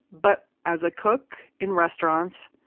but as a cook in restaurants,